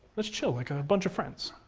let's chill like a bunch of friends.